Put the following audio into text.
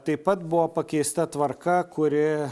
taip pat buvo pakeista tvarka kuri